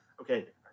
Okay